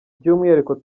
by’umwihariko